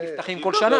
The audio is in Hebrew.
שנפתחים בכל שנה.